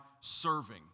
serving